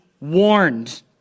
warned